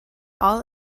all